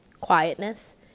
quietness